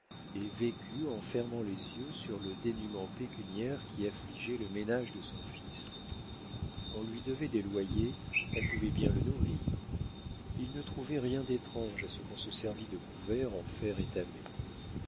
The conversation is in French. et vécut en fermant les yeux sur le dénûment pécuniaire qui affligeait le ménage de son fils on lui devait des loyers on pouvait bien le nourrir il ne trouvait rien d'étrange à ce qu'on se servît de couverts en fer étamé